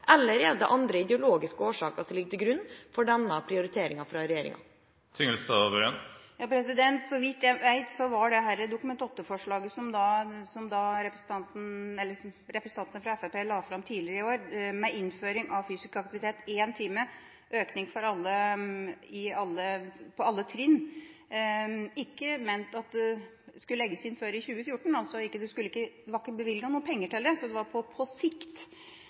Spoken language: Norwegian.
andre ideologiske årsaker som ligger til grunn for denne prioriteringen fra regjeringa. Så vidt jeg vet, var dette Dokument 8-forslaget som representantene fra Fremskrittspartiet la fram tidligere i år om innføring av fysisk aktivitet – en time økning på alle trinn – ikke ment å skulle legges inn før i 2014. Det var ikke bevilget penger til det, det var på sikt. Vi mener det